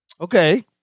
Okay